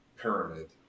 pyramid